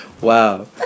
wow